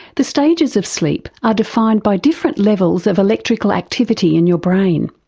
the stages of sleep are defined by different levels of electrical activity in your brain.